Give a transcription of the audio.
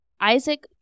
Isaac